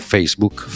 Facebook